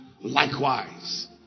Likewise